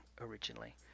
originally